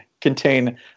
contain